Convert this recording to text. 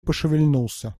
пошевельнулся